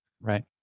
Right